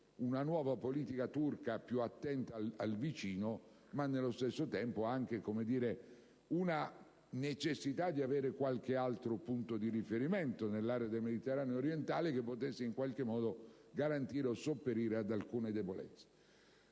una nuova politica turca più attenta al vicino, ma nello stesso tempo anche la necessità di avere qualche altro punto di riferimento nell'area del Mediterraneo orientale, che potesse in qualche modo garantire o sopperire ad alcune debolezze.